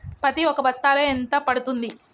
పత్తి ఒక బస్తాలో ఎంత పడ్తుంది?